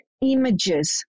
images